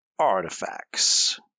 artifacts